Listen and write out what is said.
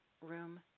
room